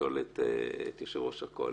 לשאול את יושב-ראש הקואליציה.